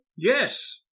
Yes